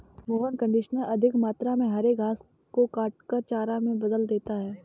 mower conditioner अधिक मात्रा में हरे घास को काटकर चारा में बदल देता है